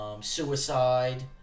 suicide